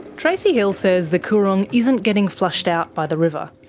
tracey hill says the coorong isn't getting flushed out by the river,